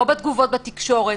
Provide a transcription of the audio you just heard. לא בתגובות בתקשורת,